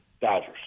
Dodgers